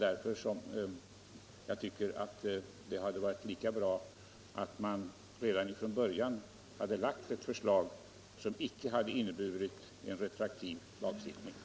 Därför tycker jag att det hade varit bättre om man redan från början hade framlagt ett förslag som inte hade inneburit en retroaktiv lagstiftning.